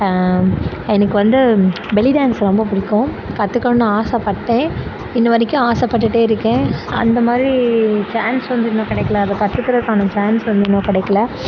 எனக்கு வந்து belly dance ரொம்ப பிடிக்கும் கற்றுக்கணுன்னு ஆசைப்பட்டேன் இன்னி வரைக்கும் ஆசை பட்டுகிட்டே இருக்கேன் அந்த மாதிரி சான்ஸ் வந்து இன்னும் கிடைக்கில அதை கற்றுக்குறத்துக்கான சான்ஸ் வந்து இன்னும் கிடைக்கில